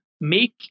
make –